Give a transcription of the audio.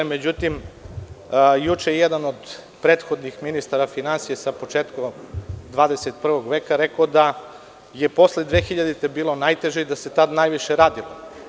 Međutim, juče je jedan od prethodnih ministara finansija sa početkom 21. veka rekao da je posle 2000. godine bilo najteže i da se tada najviše radilo.